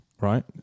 right